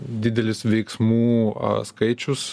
didelis veiksmų skaičius